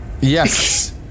Yes